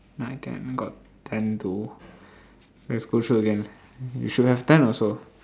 nine ten got ten though let's go through again you should have ten also